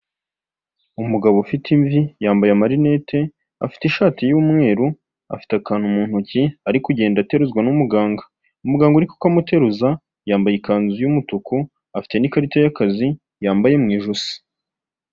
Umugabo ufite imvi, yambaye amarinete, afite ishati y'umweru, afite akantu mu ntoki ari kugenda ateruzwa n'umuganga, umuganga uri kukamuteruza yambaye ikanzu y'umutuku, afite n'ikarita y'akazi yambaye mu ijosi.